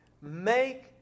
Make